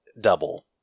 Double